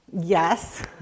Yes